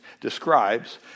describes